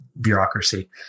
bureaucracy